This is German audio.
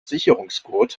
sicherungsgurt